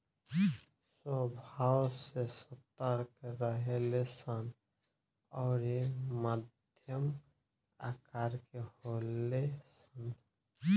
स्वभाव से सतर्क रहेले सन अउरी मध्यम आकर के होले सन